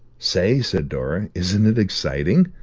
say, said dora, isn't it exciting?